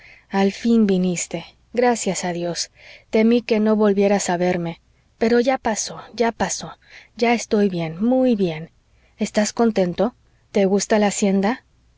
al fin viniste gracias a dios temí que no volvieras a verme pero ya pasó ya pasó ya estoy bien muy bien estás contento te gusta la hacienda